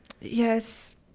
Yes